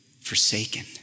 forsaken